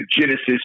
Genesis